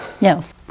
Yes